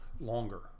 longer